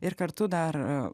ir kartu dar